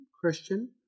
Christian